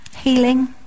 healing